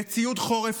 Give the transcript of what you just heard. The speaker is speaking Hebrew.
לציוד חורף,